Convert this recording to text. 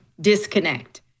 disconnect